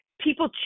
people